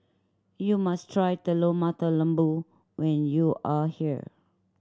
you must try Telur Mata Lembu when you are here